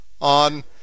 on